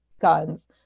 guns